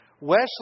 Wesley